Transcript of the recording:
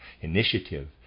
initiative